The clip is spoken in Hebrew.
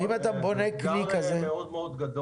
זה אתגר גדול מאוד.